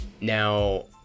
now